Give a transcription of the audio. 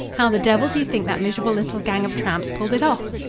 how the devil do you think that miserable little gang of tramps pulled it off?